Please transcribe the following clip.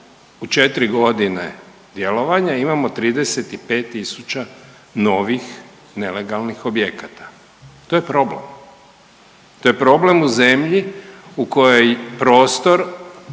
u četri godine djelovanja imamo 35.000 novih nelegalnih objekata. To je problem, to je problem u zemlji u kojoj prostor